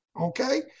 Okay